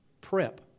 prep